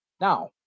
Now